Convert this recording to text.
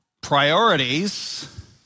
priorities